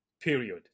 period